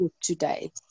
today